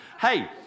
Hey